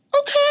Okay